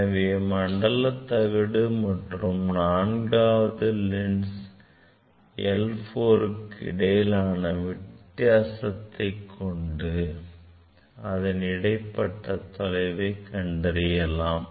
எனவே மண்டல தகடு மற்றும் நான்காவது லென்ஸ் L4க்கு இடையிலான வித்தியாசத்தை கொண்டு இடைப்பட்ட தொலைவை கண்டறியலாம்